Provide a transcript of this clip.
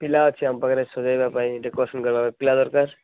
ପିଲା ଅଛି ଆମ ପାଖରେ ସଜେଇବା ପାଇଁ ଡେକୋରେସନ୍ କରିବା ପାଇଁ ପିଲା ଦରକାର